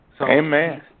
Amen